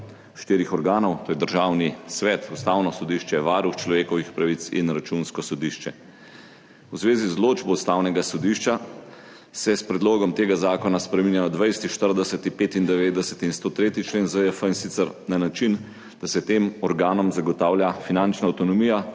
štirih organov, to je Državni svet, Ustavno sodišče, Varuh človekovih pravic in Računsko sodišče. V zvezi z odločbo Ustavnega sodišča se s predlogom tega zakona spreminja 20., 40., 95. in 103. člen ZJF, in sicer na način, da se tem organom zagotavlja finančna avtonomija